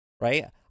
right